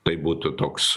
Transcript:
tai būtų toks